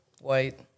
White